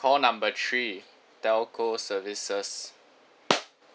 call number three telco services